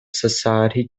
society